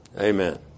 Amen